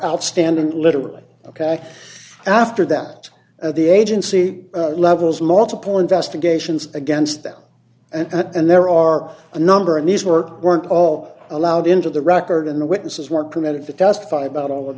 outstanding literally ok after that the agency levels multiple investigations against them and there are a number of these work weren't all allowed into the record and the witnesses were committed to testify about all of